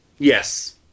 Yes